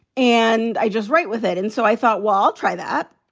and i just write with it. and so i thought, well, i'll try that.